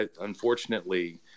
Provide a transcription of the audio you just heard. unfortunately